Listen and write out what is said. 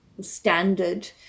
standard